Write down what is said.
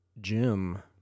Jim